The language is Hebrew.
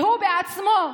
והוא בעצמו,